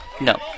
No